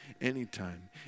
anytime